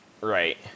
Right